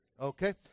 Okay